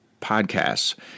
podcasts